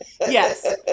Yes